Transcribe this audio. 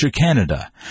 Canada